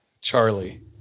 Charlie